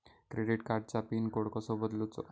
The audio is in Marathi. क्रेडिट कार्डची पिन कोड कसो बदलुचा?